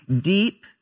deep